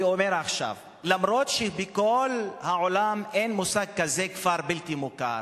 ואני אומר עכשיו: למרות שבכל העולם אין מושג כזה "כפר בלתי-מוכר",